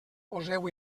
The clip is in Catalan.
poseu